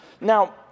Now